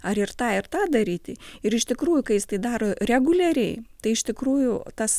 ar ir tą ir tą daryti ir iš tikrųjų kai jis tai daro reguliariai tai iš tikrųjų tas